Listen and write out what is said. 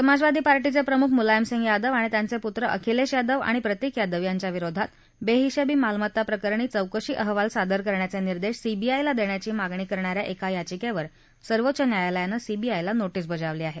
समाजवादी पार्टीचे प्रमुख मुलायम सिंग यादव आणि त्यांचे पुत्र अखिलेश यादव आणि प्रतिक यादव यांच्या विरोधात बेहिशेबी मालमत्ता प्रकरणी चौकशी अहवाल सादर करण्याचे निर्देश सीबीआयला देण्याची मागणी करणाऱ्या एका याचिकेवर सर्वोच्च न्यायालयानं सीबीआयला नोर्टीस बजावली आहे